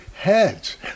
Heads